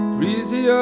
Greasy